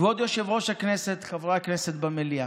כבוד יושב-ראש הכנסת, חברי הכנסת במליאה,